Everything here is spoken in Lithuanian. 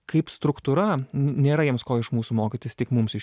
kaip struktūra nėra jiems ko iš mūsų mokytis tik mums iš